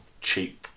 cheap